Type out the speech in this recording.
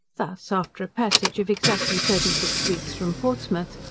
thus, after a passage of exactly thirty-six weeks from portsmouth,